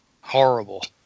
Horrible